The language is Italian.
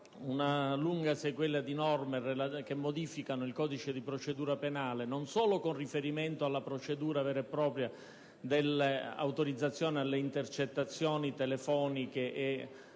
una lunga sequela di norme che modificano il codice di procedura penale, non solo con riferimento alla procedura vera e propria delle autorizzazioni alle intercettazioni telefoniche,